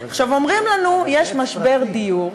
אומרים לנו: יש משבר דיור.